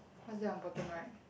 what's that on bottom right